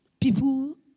People